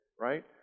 right